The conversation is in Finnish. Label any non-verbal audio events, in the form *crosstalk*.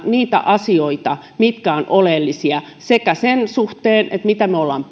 niitä asioita jotka ovat oleellisia sen suhteen mitä me olemme *unintelligible*